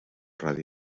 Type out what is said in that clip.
radi